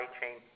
chain